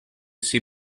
see